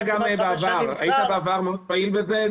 היית בעבר מאוד פעיל בזה.